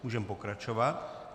Můžeme pokračovat.